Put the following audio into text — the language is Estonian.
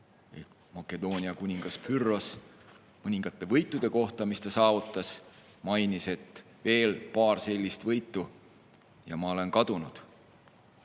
Makedoonia kuningas Pyrrhos mainis mõningate võitude kohta, mis ta saavutas, et veel paar sellist võitu ja ta on kadunud.